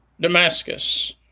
Damascus